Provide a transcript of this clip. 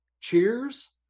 Cheers